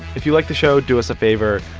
if you like the show, do us a favor.